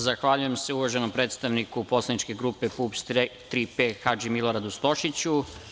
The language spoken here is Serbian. Zahvaljujem se uvaženom predstavniku poslaničke grupe PUPS – „Tri P“ Hadži Miloradu Stošiću.